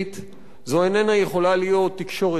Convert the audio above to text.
זו איננה יכולה להיות תקשורת נושכת,